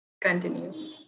Continue